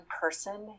person